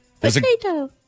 Potato